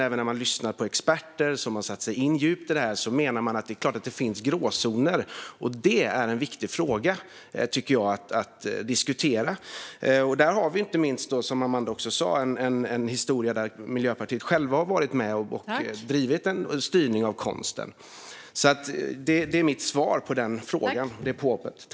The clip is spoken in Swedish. Även när man lyssnar på experter som djupt har satt sig in i detta hör man att de menar att det är klart att det finns gråzoner. Det är en viktig fråga att diskutera. Som Amanda Lind också sa har vi där en historia där Miljöpartiet självt har varit med och drivit en styrning av konsten. Det är mitt svar på frågan och påhoppet.